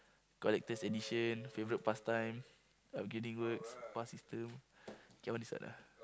collectors edition favourite pastime upgrading words fast system cannot decide lah